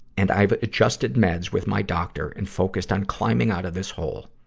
and i've adjusted meds with my doctor and focused on climbing out of this hole.